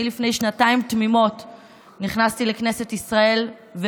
אני נכנסתי לכנסת ישראל לפני שנתיים תמימות,